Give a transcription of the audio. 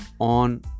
on